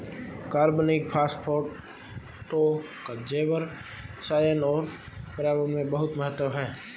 कार्बनिक फास्फेटों का जैवरसायन और पर्यावरण में बहुत महत्व है